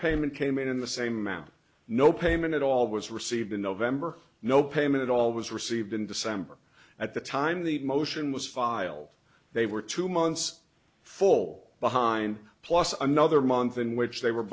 payment came in the same amount no payment at all was received in november no payment at all was received in december at the time the motion was filed they were two months full behind plus another month in which they were